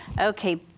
Okay